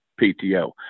PTO